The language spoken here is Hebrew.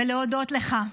ולהודות לך,